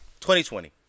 2020